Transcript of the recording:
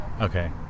Okay